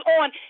on